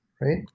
right